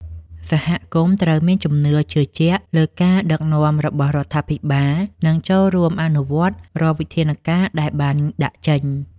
សហគមន៍ត្រូវមានជំនឿជឿជាក់លើការដឹកនាំរបស់រដ្ឋាភិបាល និងចូលរួមអនុវត្តរាល់វិធានការដែលបានដាក់ចេញ។